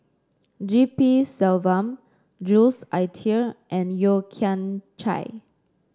G P Selvam Jules Itier and Yeo Kian Chai